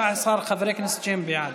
ב-13 חברי כנסת בעד,